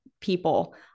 people